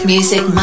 Music